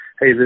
hey